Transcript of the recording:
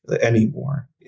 anymore